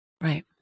Right